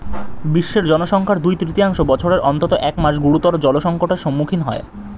বিশ্বের জনসংখ্যার দুই তৃতীয়াংশ বছরের অন্তত এক মাস গুরুতর জলসংকটের সম্মুখীন হয়